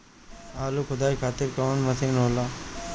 आलू खुदाई खातिर कवन मशीन होला?